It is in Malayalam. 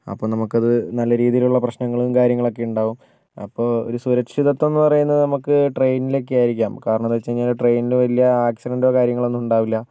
അപ്പോൾ നമുക്കത് നല്ലരീതിയിലുള്ള പ്രശ്നങ്ങളും കാര്യങ്ങളൊക്കെ ഉണ്ടാവും അപ്പോൾ ഒരു സുരക്ഷിതത്വംന്ന് പറയുന്നത് നമുക്ക് ട്രെയ്നിലൊക്കെ ആയിരിക്കാം കാരണം എന്താന്ന് വെച്ചുകഴിഞ്ഞാൽ ട്രെയ്നിന് വലിയ ആക്സിഡൻറ്റോ കാര്യങ്ങളോ ഒന്നും ഉണ്ടാവില്ല